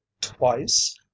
twice